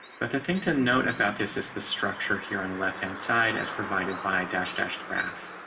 but the thing to note about this is the structure here on the left hand side, as provided by dash dash graph.